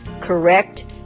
correct